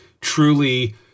truly